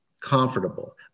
Comfortable